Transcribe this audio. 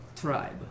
tribe